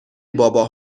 بابا